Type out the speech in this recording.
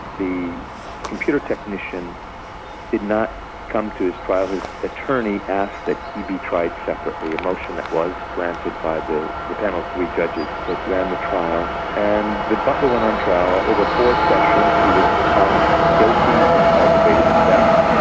the computer technician did not come to his trial. his attorney asked that he be tried separately, a motion that was granted by the the panel of three judges that ran the trial. and the butler went on trial over four sessions. he was found guilty of aggravated theft.